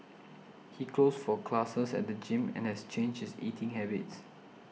he goes for classes at the gym and has changed his eating habits